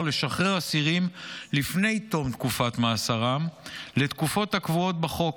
לשחרר אסירים לפני תום תקופת מאסרם לתקופות הקבועות בחוק.